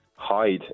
hide